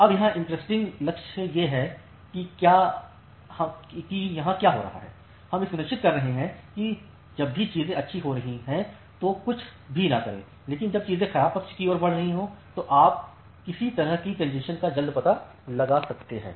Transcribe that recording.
अब यहां इंटरेस्टिंग तथ्य यह है कि हम यहां क्या कर रहे हैं हम यह सुनिश्चित कर रहे हैं कि जब भी चीजें अच्छी हो रही हैं तो हम कुछ भी न करें लेकिन जब चीजें खराब पक्ष की ओर बढ़ रही हैं तो आप किसी तरह की कॅन्जेशन का जल्द पता लगा सकते हैं